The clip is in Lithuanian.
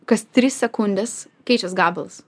kas tris sekundes keičias gabalas